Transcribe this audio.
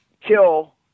kill